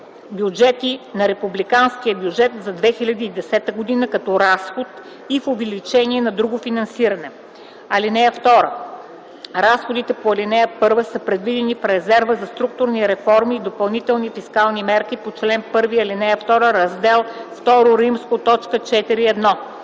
бюджети на републиканския бюджет за 2010 г. като разход и в увеличение на друго финансиране. (2) Разходите по ал. 1 са предвидени в резерва за структурни реформи и допълнителни фискални мерки по чл. 1, ал. 2, раздел ІІ, т. 4.1.